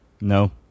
No